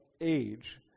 age